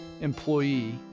employee